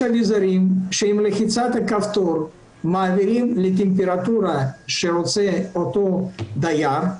יש אביזרים שעם לחיצת כפתור מעבירים לטמפרטורה שרוצה אותו דייר,